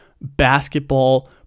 basketball